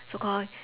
so call